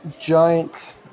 giant